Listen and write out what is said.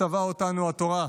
מצווה אותנו התורה.